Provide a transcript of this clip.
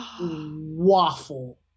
waffle